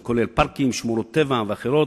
זה כולל פארקים, שמורות טבע ואחרים.